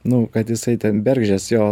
nu kad jisai ten bergždžias jo